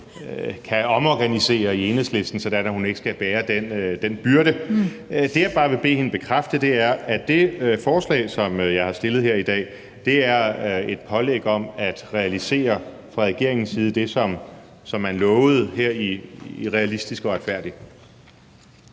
kan omorganisere det i Enhedslisten, så hun ikke skal bære den byrde. Det, jeg bare vil bede hende bekræfte, er, at det forslag, som jeg har fremsat her, er et pålæg om fra regeringens side at realisere det, som man lovede i »Retfærdig